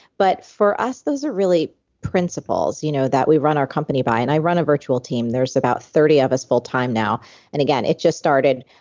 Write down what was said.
but for us, those are really principles you know that we run our company by and i run a virtual team. there's about thirty of us full-time now and again, it just started,